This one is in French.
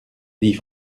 dix